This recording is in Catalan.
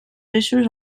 eixos